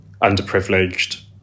underprivileged